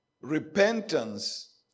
repentance